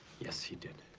yes, he did.